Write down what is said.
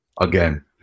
again